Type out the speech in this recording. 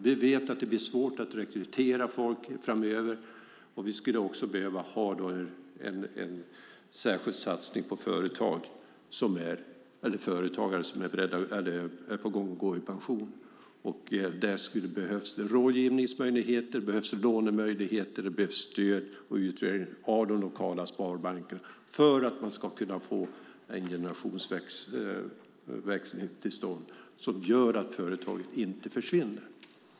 Vi vet att det blir svårt att rekrytera folk framöver, och vi skulle också behöva ha en särskild satsning på företagare som är på gång att gå i pension. Där skulle behövas rådgivningsmöjligheter och lånemöjligheter. Det behövs stöd av de lokala sparbankerna för att man ska kunna få en generationsväxling till stånd som gör att företagen inte försvinner.